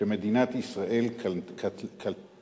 שמדינת ישראל קלטה